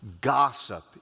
Gossip